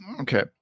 Okay